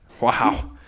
Wow